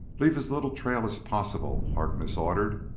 leave as little trail as possible, harkness ordered.